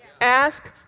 Ask